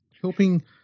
helping